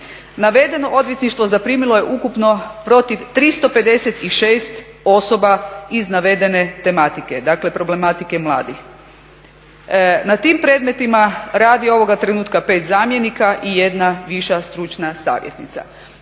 17.10.navedeno odvjetništvo zaprimilo je ukupno protiv 356 osoba iz navedene tematike dakle problematike mladih. Na tim predmetima radi ovoga trenutka pet zamjenika i jedna viša stručna savjetnica.